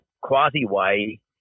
quasi-way